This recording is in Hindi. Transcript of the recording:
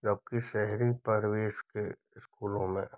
जबकि शहरी परिवेश के स्कूलों में